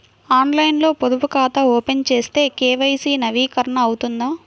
ఆన్లైన్లో పొదుపు ఖాతా ఓపెన్ చేస్తే కే.వై.సి నవీకరణ అవుతుందా?